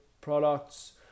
products